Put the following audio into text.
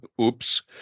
Oops